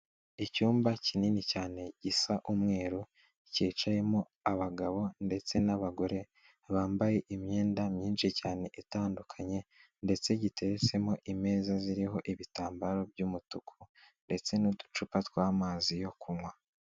Icyumba kinini cyane gisa umweru cyicayemo abagabo ndetse n'abagore bambaye imyenda myinshi cyane itandukanye, ndetse giteretsemo imeza ziriho ibitambaro by'umutuku ndetse n'uducupa tw'amazi yo kunywa.